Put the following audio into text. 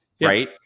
right